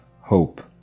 hope